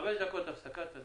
(הישיבה נפסקה בשעה 12:38 ונתחדשה בשעה 12:45)